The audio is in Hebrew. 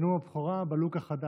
בנאום בכורה בלוק החדש.